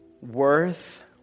worth